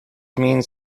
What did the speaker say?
means